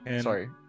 sorry